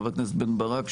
חבר הכנסת בן ברק,